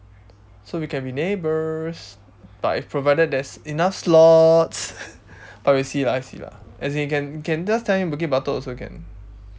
so we can be neighbours but if provided there is enough slots but we see lah we see lah as in you can you can just tell him bukit-batok also can